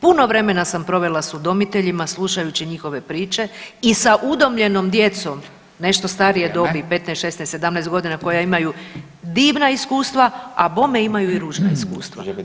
Puno vremena sam provela s udomiteljima slušajući njihove priče i sa udomljenom djecom nešto starije dobi [[Upadica Radin: Vrijeme.]] 15, 16, 17 godina koja imaju divna iskustva, a bome imaju i ružna iskustva.